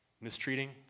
mistreating